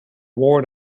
war